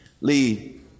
lead